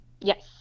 Yes